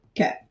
Okay